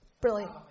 Brilliant